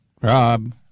Rob